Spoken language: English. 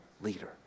leader